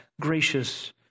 gracious